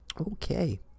Okay